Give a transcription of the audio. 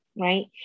right